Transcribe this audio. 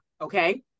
Okay